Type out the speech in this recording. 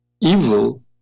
evil